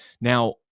Now